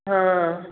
हँ